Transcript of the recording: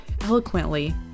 eloquently